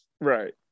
Right